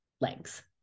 legs